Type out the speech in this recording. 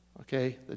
okay